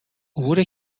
عبور